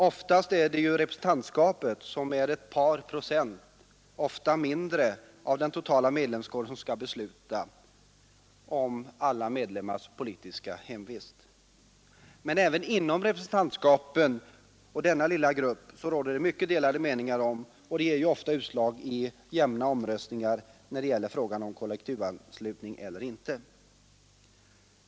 Oftast är det ju representantskapet som utgör ett par procent, ofta mindre, av den totala medlemskåren — som skall besluta om alla medlemmars politiska hemvist. Men även inom den lilla grupp som representantskapet utgör råder det mycket delade meningar, och det ger ofta utslag i jämna Omröstningar när det gäller frågan om kollektivanslutning eller inte.